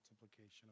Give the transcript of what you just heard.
multiplication